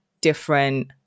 different